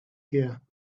here